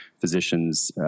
physician's